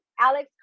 alex